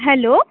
hello